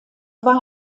war